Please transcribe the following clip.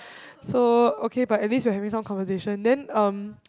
so okay but at least you are having some conversation then um